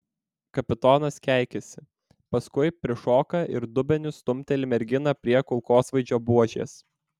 kapitonas keikiasi paskui prišoka ir dubeniu stumteli merginą prie kulkosvaidžio buožės